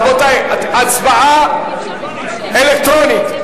רבותי, הצבעה אלקטרונית.